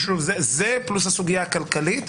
זה פלוס הסוגייה הכלכלית.